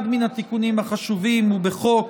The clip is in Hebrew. אחד מן התיקונים החשובים הוא בחוק